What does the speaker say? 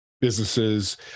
businesses